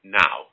now